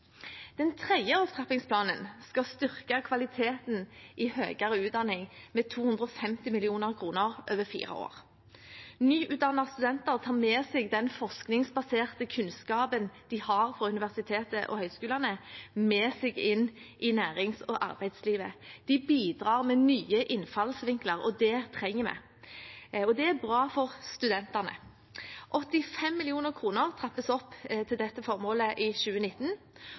Den tredje opptrappingsplanen skal styrke kvaliteten i høyere utdanning med 250 mill. kr over fire år. Nyutdannede studenter tar med seg den forskningsbaserte kunnskapen som de har fra universiteter og høyskoler, inn i næringslivet og arbeidslivet. De bidrar med nye innfallsvinkler, og det trenger vi. Det er også bra for studentene. 85 mill. kr trappes opp til dette formålet i 2019.